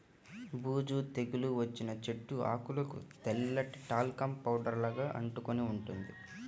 బూజు తెగులు వచ్చిన చెట్టు ఆకులకు తెల్లటి టాల్కమ్ పౌడర్ లాగా అంటుకొని ఉంటుంది